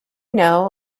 know